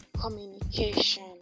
communication